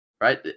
right